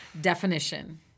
definition